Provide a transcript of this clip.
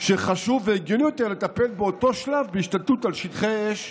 שחשוב והגיוני יותר לטפל באותו שלב בהשתלטות על שטחי אש.